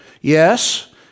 Yes